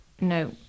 no